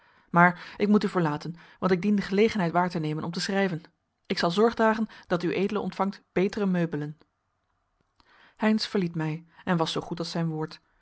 maar ik moet u verlaten want ik dien de gelegenheid waar te nemen om te schrijven ik zal zorg dragen dat ued ontvangt betere meubelen heynsz verliet mij en was zoogoed als zijn woord